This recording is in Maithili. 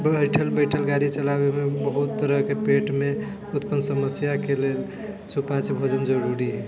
बैठल बैठल गाड़ी चलाबैमे बहुत तरहके पेटमे उत्पन्न समस्याके लेल सुपाच्य भोजन जरुरी है